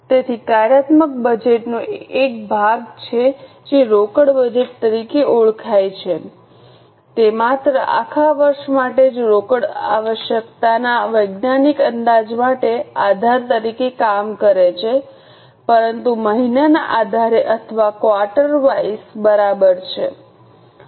તેથી કાર્યાત્મક બજેટનો એક ભાગ છે જે રોકડ બજેટ તરીકે ઓળખાય છે તે માત્ર આખા વર્ષ માટે જ રોકડ આવશ્યકતાના વૈજ્ઞાનિક અંદાજ માટેના આધાર તરીકે કામ કરે છે પરંતુ મહિનાના આધારે અથવા ક્વાર્ટર વાઇઝ બરાબર છે